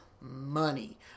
money